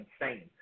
insane